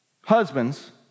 Husbands